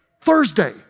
Thursday